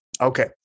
Okay